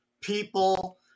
people